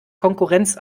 konkurrenz